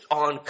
on